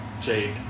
Jake